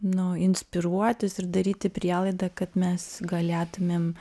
nu inspiruotis ir daryti prielaidą kad mes galėtumėm